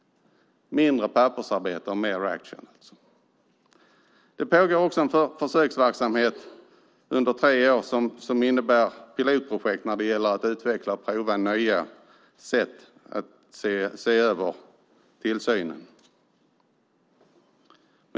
Mindre pappersarbete och mer action, alltså. Det pågår också en försöksverksamhet under tre år med ett pilotprojekt, där det gäller att utveckla och prova nya sätt att bedriva tillsynen.